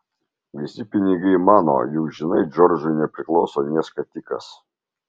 visi pinigai mano juk žinai džordžui nepriklauso nė skatikas